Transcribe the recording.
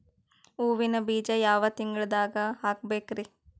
ಹೂವಿನ ಬೀಜ ಯಾವ ತಿಂಗಳ್ದಾಗ್ ಹಾಕ್ಬೇಕರಿ?